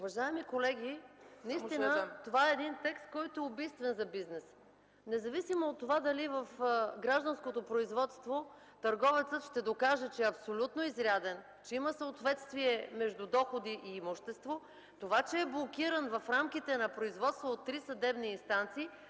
Уважаеми колеги, наистина това е текст, убийствен за бизнеса, защото независимо дали в гражданското производство търговецът ще докаже, че е абсолютно изряден, че има съответствие между доходи и имущество, това, че е блокиран в рамките на производство от три съдебни инстанции,